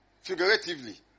Figuratively